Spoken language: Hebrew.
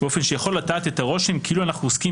באופן שיכול לטעת את הרושם כאילו אנחנו עוסקים